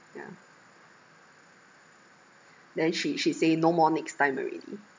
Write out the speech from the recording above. yeah then she she say no more next time already